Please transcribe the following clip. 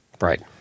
right